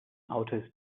outer